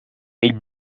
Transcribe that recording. ell